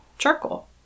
charcoal